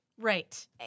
Right